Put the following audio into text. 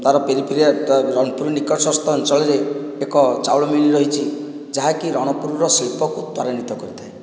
ତାର ପିରିପିରିଆ ରଣପୁର ନିକଟସ୍ଥ ଅଞ୍ଚଳରେ ଏକ ଚାଉଳ ମିଲ ରହିଛି ଯାହାକି ରଣପୁରର ଶିଳ୍ପକୁ ତ୍ୱରାନ୍ୱିତ କରିଥାଏ